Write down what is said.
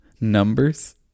Numbers